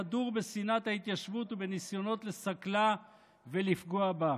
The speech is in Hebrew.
חדור בשנאת ההתיישבות ובניסיונות לסכלה ולפגוע בה.